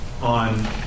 on